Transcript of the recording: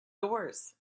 doors